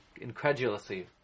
Incredulously